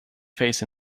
face